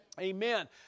Amen